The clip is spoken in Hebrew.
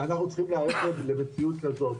ואנחנו צריכים להיערך למציאות כזו.